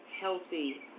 healthy